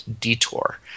detour